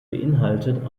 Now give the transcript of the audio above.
beinhaltet